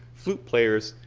flute players,